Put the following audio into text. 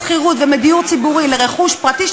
משכירות ומדיור ציבורי לרכוש פרטי,